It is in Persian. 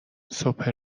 صبح